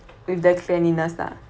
with the cleanliness lah